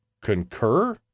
concur